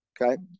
okay